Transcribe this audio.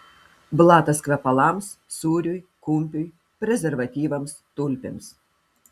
blatas kvepalams sūriui kumpiui prezervatyvams tulpėms